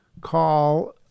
call